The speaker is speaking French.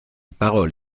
parole